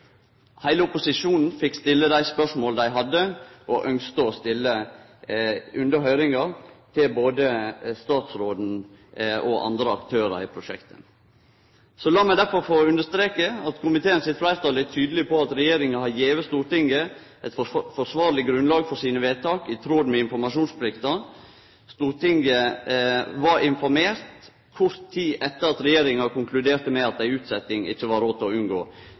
Heile opposisjonen fekk stille dei spørsmåla dei hadde og ynskte å stille under høyringa til både statsråden og andre aktørar i prosjektet. Lat meg derfor få understreke at komiteen sitt fleirtal er tydeleg på at regjeringa har gjeve Stortinget eit forsvarleg grunnlag for sine vedtak i tråd med informasjonsplikta. Stortinget var informert kort tid etter at regjeringa konkluderte med at ei utsetjing ikkje var råd å unngå.